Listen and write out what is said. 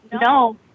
No